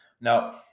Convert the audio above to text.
Now